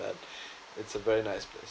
it's a very nice place